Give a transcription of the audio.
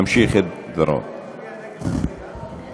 להצביע נגד הסיעה, ורק, אדוני השר ימשיך את דברו.